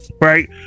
right